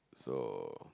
so